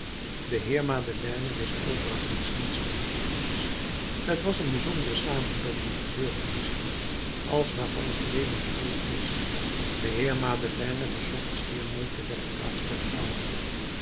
de heer madeleine wist overigens niets van dit alles t was een bijzondere samenloop van gebeurtenissen als waarvan het leven vol is de heer madeleine bezocht schier nooit de werkplaats der vrouwen